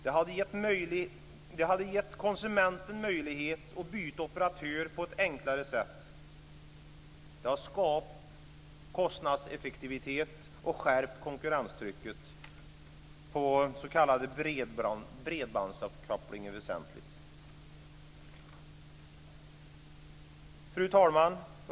Det hade gett konsumenten möjlighet att byta operatör på ett enklare sätt, skapat kostnadseffektivitet och skärpt konkurrenstrycket på s.k. bredbandsuppkopplingar väsentligt. Fru talman!